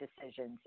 decisions